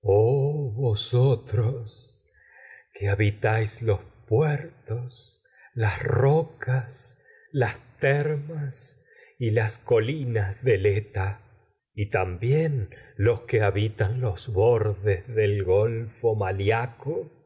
vosotros y que habitáis los puertos las los rocas las termas las colinas del eta y también en que liabitan a los bordes del golfo maliaco